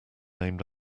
named